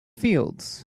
fields